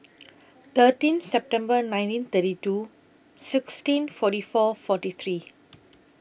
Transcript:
thirteen September nineteen thirty two sixteen forty four forty three